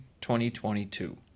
2022